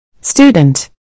Student